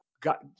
got